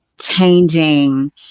changing